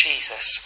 Jesus